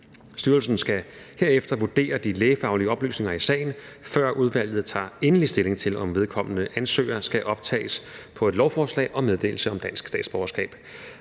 Styrelsen skal herefter vurdere de lægefaglige oplysninger i sagen, før udvalget tager endelig stilling til, om vedkommende ansøger skal optages på et lovforslag om meddelelse af dansk statsborgerskab.